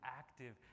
active